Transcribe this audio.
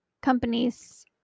companies